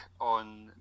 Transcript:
on